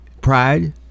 pride